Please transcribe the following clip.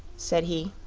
said he.